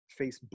Facebook